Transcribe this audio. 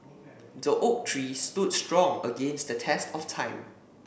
the oak tree stood strong against the test of time